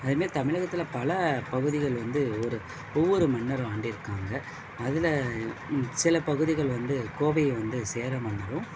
அதே மாரி தமிழகத்துல பலப் பகுதிகள் வந்து ஒரு ஒவ்வொரு மன்னரும் ஆண்டிருக்காங்க அதில் சிலப் பகுதிகள் வந்து கோவையை வந்து சேர மன்னரும்